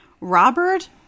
Robert